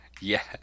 Yes